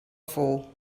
fall